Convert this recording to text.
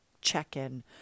check-in